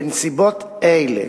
בנסיבות אלה